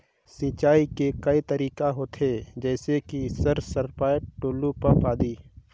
सिंचाई के कई तरीका होथे? जैसे कि सर सरपैट, टुलु पंप, आदि?